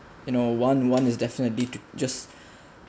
you know one one is definitely be to just